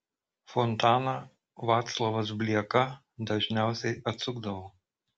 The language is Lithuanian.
fontaną vaclovas blieka dažniausiai atsukdavo